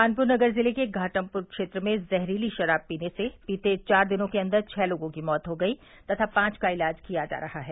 कानपुर नगर जिले के घाटमपुर क्षेत्र में जहरीली शराब पीने से बीते चार दिनों के अन्दर छह लोगों की मौत हो गई तथा पांच का इलाज किया जा रहा है